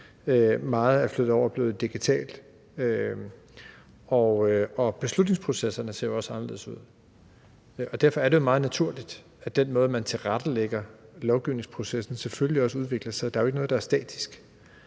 der er flyttet over og er blevet digitalt. Beslutningsprocesserne ser også anderledes ud. Derfor er det jo meget naturligt, at den måde, man tilrettelægger lovgivningsprocessen på, selvfølgelig også udvikler sig. Der er jo ikke noget, der er statisk.